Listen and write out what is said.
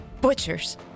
butchers